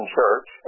church